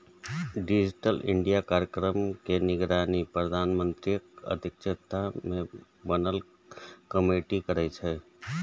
digital India कार्यक्रम के निगरानी प्रधानमंत्रीक अध्यक्षता मे बनल कमेटी करै छै